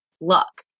luck